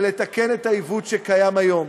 ולתקן את העיוות שקיים היום.